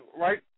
right